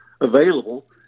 available